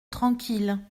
tranquille